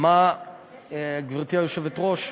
גברתי היושבת-ראש,